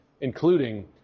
including